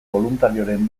boluntarioren